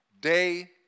day